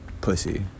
Pussy